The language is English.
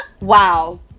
wow